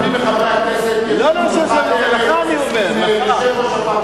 לרבים מחברי הכנסת יש גם ארוחת ערב עם יושב-ראש